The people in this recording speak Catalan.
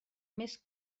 més